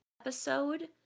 episode